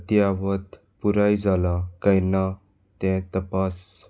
अत्यावत पुराय जालां काय ना तें तपास